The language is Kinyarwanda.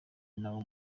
nawo